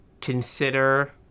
consider